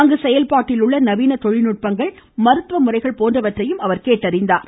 அங்கு செயல்பாட்டில் உள்ள நவீன தொழில்நுட்பங்கள் மருத்துவ முறைகள் போன்றவற்றை அவர் கேட்டறிந்தார்